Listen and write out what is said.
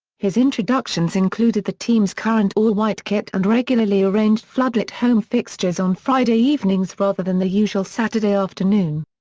his introductions included the team's current all-white kit and regularly arranged floodlit home fixtures on friday evenings rather than the usual saturday afternoon.